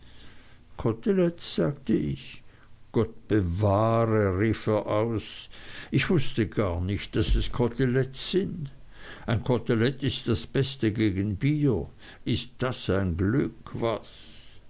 koteletten sagte ich gott bewahre rief er aus ich wußte gar nicht daß es koteletten sind ein kotelett ist das beste gegen das bier ist das ein glück was